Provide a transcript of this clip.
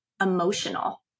emotional